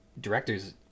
directors